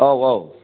औ औ